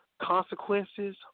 Consequences